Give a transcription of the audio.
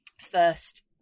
first